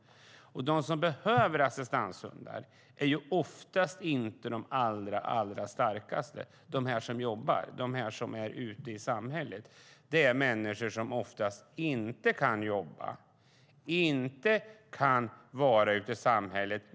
De som behöver assistanshund är oftast inte de allra starkaste, de som jobbar, de som är ute i samhället, utan det är människor som oftast inte kan jobba, inte kan vara ute i samhället.